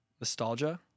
Nostalgia